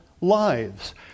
lives